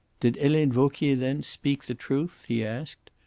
did helene vauquier, then, speak the truth? he asked.